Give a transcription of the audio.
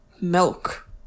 milk